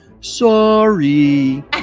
sorry